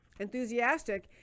enthusiastic